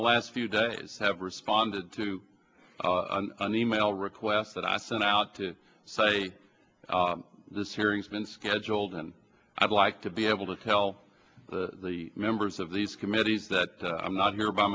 the last few days have responded to an e mail request that i sent out to say this hearings been scheduled and i'd like to be able to tell the members of these committees that i'm not here by